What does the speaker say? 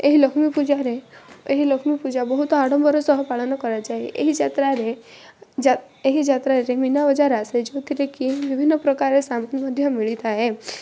ଏହି ଲକ୍ଷ୍ମୀ ପୂଜାରେ ଏହି ଲକ୍ଷ୍ମୀପୂଜା ବହୁତ ଆଡ଼ମ୍ବର ସହ ପାଳନ କରାଯାଏ ଏହି ଯାତ୍ରାରେ ଏହି ଯାତ୍ରାରେ ମୀନା ବଜାର ଆସେ ଯେଉଁଥିରେ କି ବିଭିନ୍ନ ପ୍ରକାର ମଧ୍ୟ ମିଳିଥାଏ